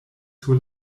sur